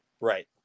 right